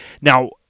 Now